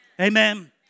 Amen